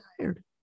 tired